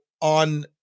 on